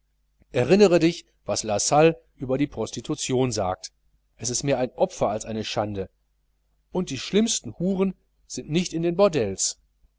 erinnere dich was lassale über die prostitution sagt es ist mehr ein opfer als eine schande und die schlimmsten huren sind nicht in den bordells